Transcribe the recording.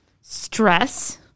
Stress